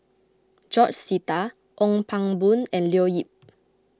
George Sita Ong Pang Boon and Leo Yip